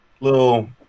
little